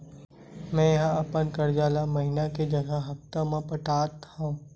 मेंहा अपन कर्जा ला महीना के जगह हप्ता मा पटात हव